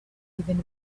even